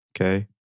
okay